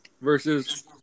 Versus